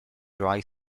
dry